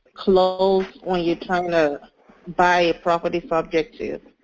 close when you're trying to buy a property for objective?